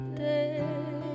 day